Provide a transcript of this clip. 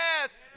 Yes